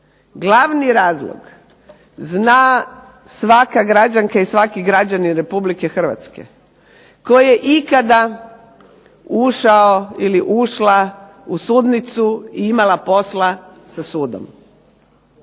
glavni razlog zna svaka građanka i svaki građanin RH koji je ikada ušao ili ušla u sudnicu i imala posla sa sudom.